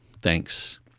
Thanks